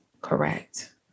correct